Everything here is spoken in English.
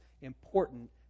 important